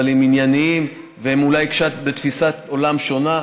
אבל הם ענייניים, ואולי תפיסת העולם שלך שונה,